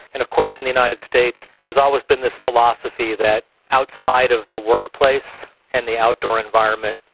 and of course in the united states there has always been this philosophy that outside of the workplace and the outdoor environment,